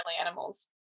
animals